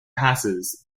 passes